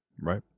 Right